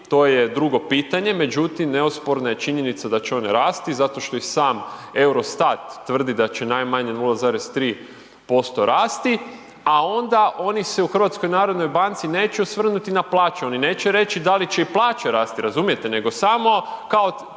to je drugo pitanje, međutim neosporna je činjenica da će one rasti zato što i sam Eurostat tvrdi da će najmanje 0,3% rasti, a onda oni se u HNB-u neće osvrnuti na plaće, oni neće reći da li će i plaće rasti, razumijete, nego samo kao